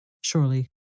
Surely